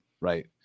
right